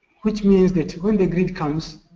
which means that when the grid comes,